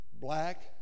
black